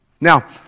Now